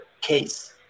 case